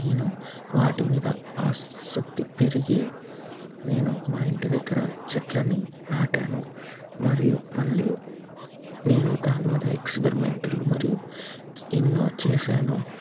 నేను వాటి మీద ఆసక్తి పెరిగి నేను మా ఇంటి దగ్గర చెట్లని నాటాను మరియు మళ్ళీ నేను దాని మీద ఎక్స్పరిమెంటల్ మరియు ఎన్నో చేశాను